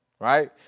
Right